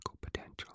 potential